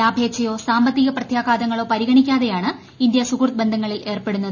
ലാഭേച്ഛയോ സാമ്പത്തിക പ്രത്യാഘാതങ്ങളോ പരിഗണിക്കാതെയാണ് ഇന്ത്യ സുഹൃത്ബന്ധങ്ങളിൽ ഏർപ്പെടുന്നത്